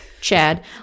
Chad